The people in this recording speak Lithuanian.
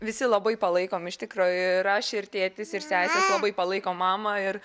visi labai palaikom iš tikro ir aš ir tėtis ir sesės labai palaikom mamą ir